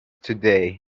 today